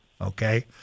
okay